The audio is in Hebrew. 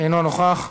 אינו נוכח,